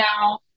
now